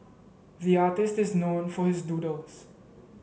the artist is known for his doodles